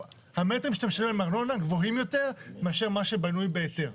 המטרים שאתה משלם עליהם ארנונה גבוהים יותר מאשר מה שבנוי בהיתר.